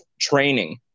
training